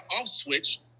off-switch